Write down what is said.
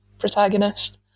Protagonist